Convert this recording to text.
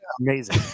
amazing